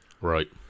Right